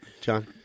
John